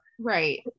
right